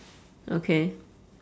okay